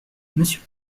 monsieur